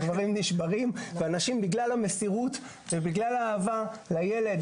הגברים נשברים והנשים בגלל המסירות והאהבה לילד,